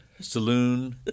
Saloon